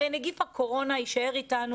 הרי נגיף הקורונה יישאר איתנו,